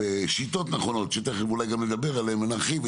שבשיטות נכונות שתיכף אולי גם נדבר עליהן ונרחיב,